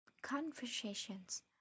conversations